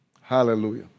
Hallelujah